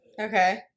Okay